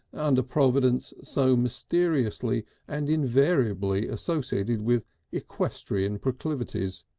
under providence, so mysteriously and invariably associated with equestrian proclivities.